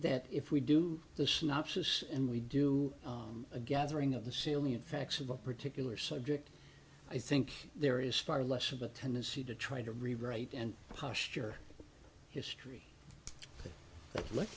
that if we do the synopsis and we do a gathering of the salient facts of a particular subject i think there is far less of a tendency to try to rewrite and posture history